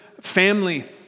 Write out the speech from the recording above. family